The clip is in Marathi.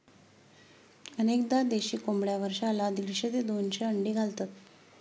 अनेकदा देशी कोंबड्या वर्षाला दीडशे ते दोनशे अंडी घालतात